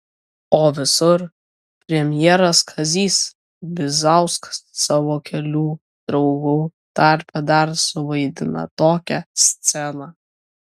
o visur premjeras kazys bizauskas savo kelių draugų tarpe dar suvaidina tokią sceną